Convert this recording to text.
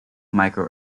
micro